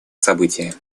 события